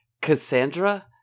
Cassandra